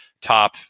top